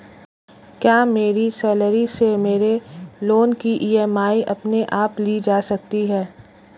क्या मेरी सैलरी से मेरे लोंन की ई.एम.आई अपने आप ली जा सकती है?